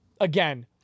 again